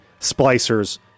splicers